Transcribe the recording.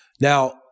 Now